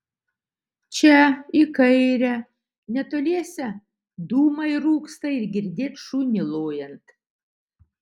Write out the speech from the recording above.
čia į kairę netoliese dūmai rūksta ir girdėt šunį lojant